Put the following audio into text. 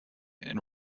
and